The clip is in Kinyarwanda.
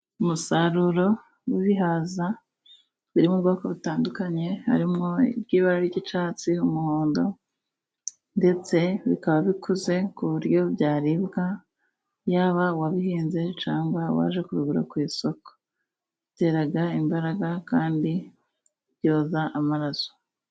Umusaruro w'ibihaza, biri mu bwoko, butandukanye, harimo iby'ibara ry'icyatsi umuhondo ndetse bikaba bikuze, ku buryo byaribwa yaba uwabihinze cyangwa uwaje kubigura ku isoko bitera imbaraga, kandi byoza amaraso.